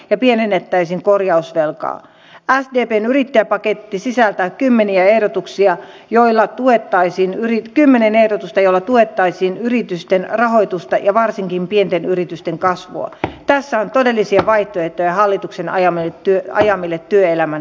ja perhehoito tässä kokonaisuudessa on erittäin tärkeä kasvava ja kehittyvä hoitomuoto koska alkavaa muistisairautta sairastaville ihmisille se on paras paikka minä väitän tällä hetkellä inhimillinen hoitopaikka kun niitä laitospaikkoja jo alettiin purkaa viime kaudella